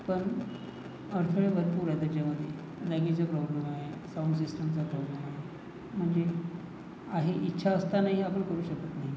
पण अडथळे भरपूर आहे त्याच्यामधे जागेचा प्रॉब्लेम आहे साऊंड सिस्टमचा प्रॉब्लम आहे म्हणजे आहे इच्छा असतानाही आपण करू शकत नाही